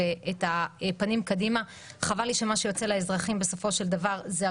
ומעבר לזה אין לך שום דרישות לתפקיד הזה, לא